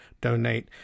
donate